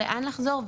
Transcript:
לאן לחזור,